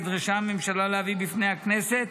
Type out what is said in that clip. נדרשה הממשלה להביא בפני הכנסת